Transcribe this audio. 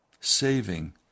saving